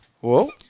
Whoa